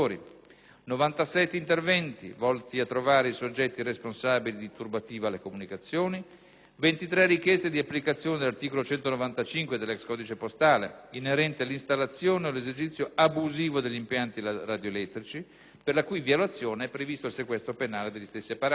97 interventi volti a trovare i soggetti responsabili di turbativa alle comunicazioni; 23 richieste di applicazione dell'articolo 195 dell'ex codice postale inerente l'installazione o l'esercizio abusivo degli impianti radioelettrici, per la cui violazione è previsto il sequestro penale degli stessi apparati;